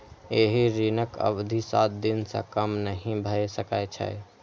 एहि ऋणक अवधि सात दिन सं कम नहि भए सकै छै